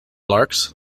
larks